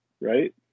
right